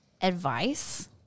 advice